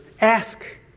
ask